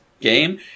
game